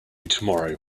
tomorrow